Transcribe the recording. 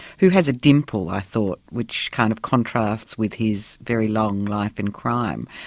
who has a dimple i thought which kind of contrasts with his very long life in crime.